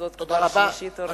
זאת כבר השלישית או הרביעית.